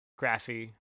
graphy